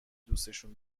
دوسشون